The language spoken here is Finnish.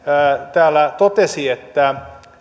täällä totesi että